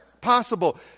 possible